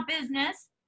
business